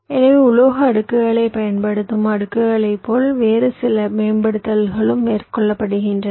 எனவே உலோக அடுக்குகளைப் பயன்படுத்தும் அடுக்குகளைப் போல வேறு சில மேம்படுத்தல்களும் மேற்கொள்ளப்படுகின்றன